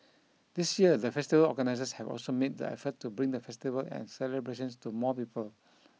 this year the festival organisers have also made the effort to bring the festival and celebrations to more people